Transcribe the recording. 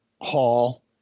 hall